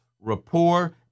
rapport